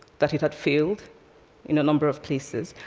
that it had failed in a number of places,